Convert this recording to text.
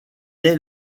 est